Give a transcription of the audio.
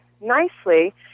nicely